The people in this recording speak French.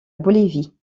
bolivie